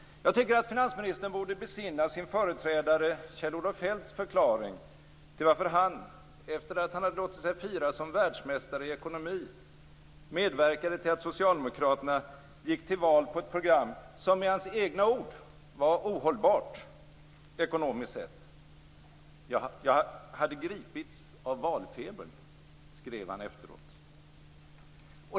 Jag tycker att finansministern borde besinna sin företrädare Kjell-Olof Feldts förklaring till varför han, efter att ha låtit sig firas som världsmästare i ekonomi, medverkade till att Socialdemokraterna gick till val på ett program som med hans egna ord var ohållbart, ekonomiskt sett. "Jag hade gripits av valfebern", skrev han efteråt.